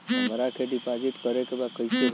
हमरा के डिपाजिट करे के बा कईसे होई?